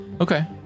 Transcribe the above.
Okay